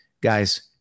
guys